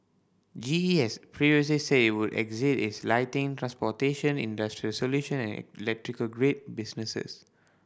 G E has previously said it would exit its lighting transportation industrial solution and electrical grid businesses